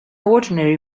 ordinary